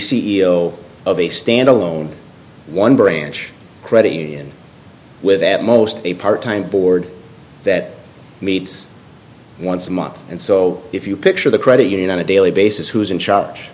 o of a standalone one branch credit union with at most a part time board that meets once a month and so if you picture the credit union on a daily basis who's in charge